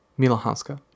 Milahanska